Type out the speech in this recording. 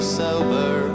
sober